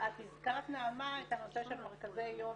את הזכרת נעמה, את הנושא של מרכזי יום